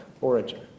origin